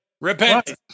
Repent